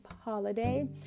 holiday